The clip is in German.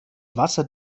wasser